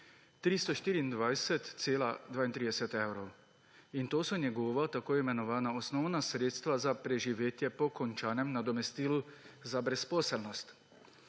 324,32 evra. In to so njegova tako imenovana osnovna sredstva za preživetje po končanem nadomestilu za brezposelnost.